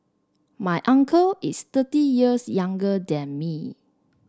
my uncle is thirty years younger than me